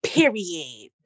Period